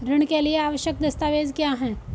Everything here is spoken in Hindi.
ऋण के लिए आवश्यक दस्तावेज क्या हैं?